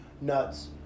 nuts